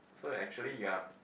so actually you are